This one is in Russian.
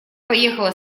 поехала